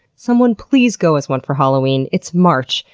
someone please go as one for halloween. it's march.